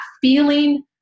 feeling